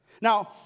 now